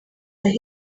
aho